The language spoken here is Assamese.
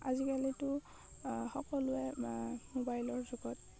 আজিকালিতো সকলোৱে মোবাইলৰ যুগত